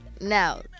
Now